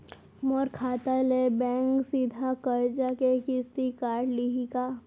मोर खाता ले बैंक सीधा करजा के किस्ती काट लिही का?